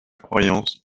croyance